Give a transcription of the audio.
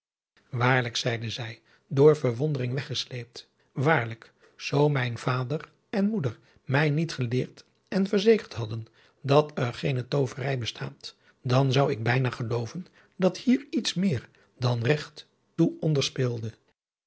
waarlijk zeide zij door verwondering weggesleept waarlijk zoo mijn vader en moeder mij niet geleerd en verzekerd hadden dat er geene tooverij bestaat dan zou ik bijna gelooven dat hier iets meer dan regt toe onder speelde